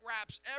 wraps